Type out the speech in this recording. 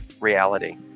reality